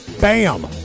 Bam